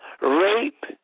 rape